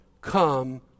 come